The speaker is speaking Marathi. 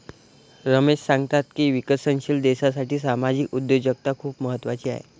रमेश सांगतात की विकसनशील देशासाठी सामाजिक उद्योजकता खूप महत्त्वाची आहे